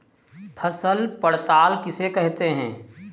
फसल पड़ताल किसे कहते हैं?